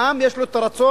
העם יש לו הרצון,